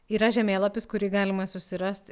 yra žemėlapis kurį galima susirast